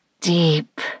deep